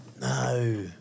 no